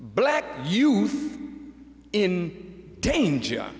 black youth in danger